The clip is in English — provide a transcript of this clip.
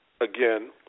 again